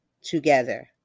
together